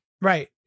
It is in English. Right